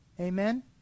Amen